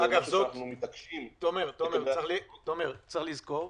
וזה משהו שאנחנו מבקשים --- תומר, צריך לזכור,